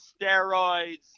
steroids